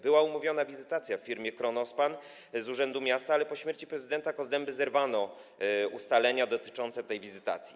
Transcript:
Była umówiona wizytacja w firmie Kronospan z urzędu miasta, ale po śmierci prezydenta Kozdęby zerwano ustalenia dotyczące tej wizytacji.